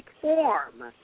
form